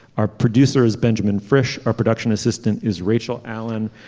our producer is benjamin fresh our production assistant is rachel allen.